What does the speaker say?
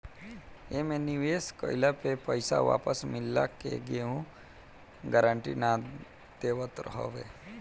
एमे निवेश कइला पे पईसा वापस मिलला के केहू गारंटी ना देवत हअ